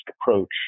approach